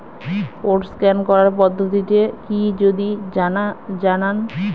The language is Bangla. কোড স্ক্যান করার পদ্ধতিটি কি যদি জানান?